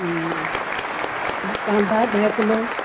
कांधा ॾह किलो